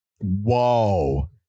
Whoa